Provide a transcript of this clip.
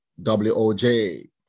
WOJ